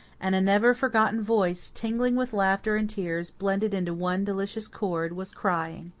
and a never-forgotten voice, tingling with laughter and tears blended into one delicious chord, was crying,